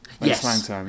Yes